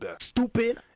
Stupid